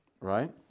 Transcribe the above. right